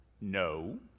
No